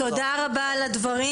תודה רבה על הדברים.